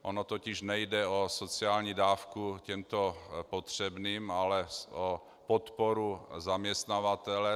Ono totiž nejde o sociální dávku těmto potřebným, ale o podporu zaměstnavatele.